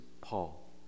Paul